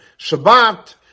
shabbat